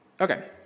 Okay